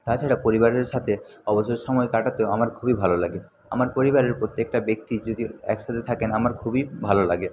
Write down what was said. তাছাড়া পরিবারের সাথে অবসর সময় কাটাতেও আমার খুবই ভালো লাগে আমার পরিবারের প্রত্যেকটা ব্যক্তি যদি একসাথে থাকেন আমার খুবই ভালো লাগে